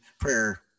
prayer